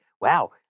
wow